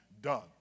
done